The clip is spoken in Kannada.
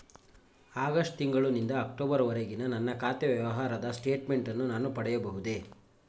ಆಗಸ್ಟ್ ತಿಂಗಳು ನಿಂದ ಅಕ್ಟೋಬರ್ ವರೆಗಿನ ನನ್ನ ಖಾತೆ ವ್ಯವಹಾರದ ಸ್ಟೇಟ್ಮೆಂಟನ್ನು ನಾನು ಪಡೆಯಬಹುದೇ?